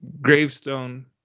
gravestone